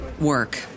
work